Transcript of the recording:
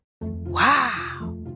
Wow